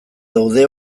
daude